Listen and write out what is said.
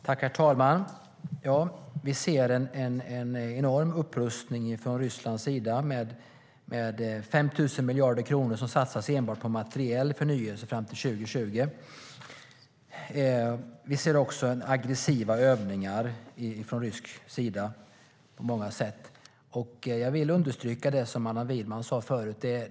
Herr talman! Vi ser en enorm upprustning från Rysslands sida. 5 000 miljarder kronor satsas enbart på materiell förnyelse fram till 2020. Vi ser också aggressiva övningar från rysk sida. Jag vill understryka det som Allan Widman sa tidigare.